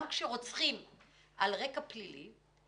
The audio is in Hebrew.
גם כשרוצחים על רקע פלילי,